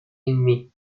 ennemies